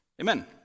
Amen